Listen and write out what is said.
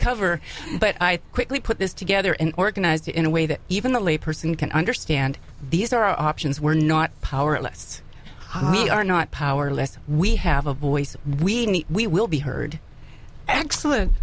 cover but i quickly put this together and organized in a a that even the layperson can understand these are our options we're not powerless we are not powerless we have a voice we need we will be heard excellent